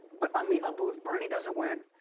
but ammi, abbu if bernie doesn't win,